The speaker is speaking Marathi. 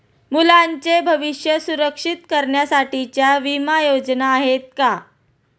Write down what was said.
मुलांचे भविष्य सुरक्षित करण्यासाठीच्या विमा योजना आहेत का?